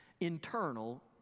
Internal